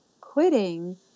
quitting